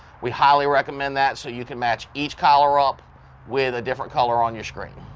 we highly recommend that so you can match each collar up with a different color on your screen.